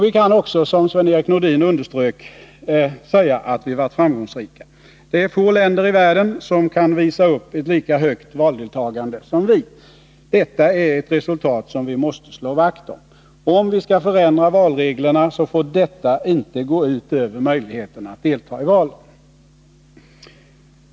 Vi kan också — som Sven-Erik Nordin underströk — säga att vi varit framgångsrika. Det är få länder i världen som kan visa upp ett lika högt valdeltagande som vi. Detta är ett resultat som vi måste slå vakt om. Om vi skall förändra valreglerna, får detta inte gå ut över möjligheterna att delta i valen.